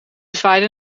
zwaaide